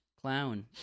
clown